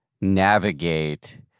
navigate